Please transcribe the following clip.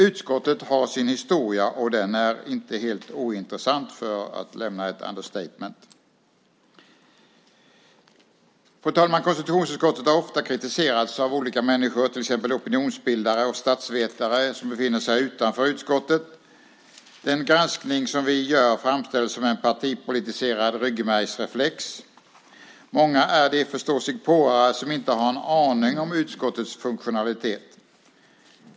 Utskottet har en historia, och den är inte helt ointressant, för att göra ett understatement. Fru talman! Konstitutionsutskottet har ofta kritiserats av olika människor, till exempel opinionsbildare och statsvetare som befinner sig utanför utskottet. Den granskning som vi gör framställs som en partipolitiserad ryggmärgsreflex. Många är de förståsigpåare som inte har en aning om utskottets funktionalitet.